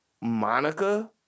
Monica